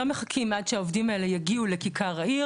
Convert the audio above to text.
לא מחכים שהעובדים האלה יגיעו לכיכר העיר,